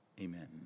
amen